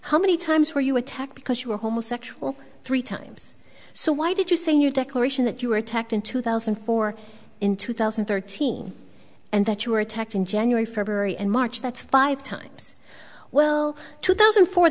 how many times were you attacked because you were homosexual three times so why did you say in your declaration that you were attacked in two thousand and four in two thousand and thirteen and that you were attacked in january february and march that's five times well two thousand